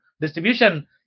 distribution